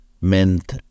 meant